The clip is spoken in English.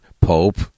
Pope